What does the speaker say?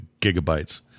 gigabytes